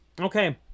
Okay